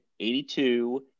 82